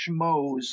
schmoes